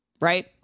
Right